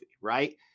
right